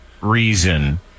reason